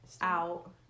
out